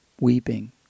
weeping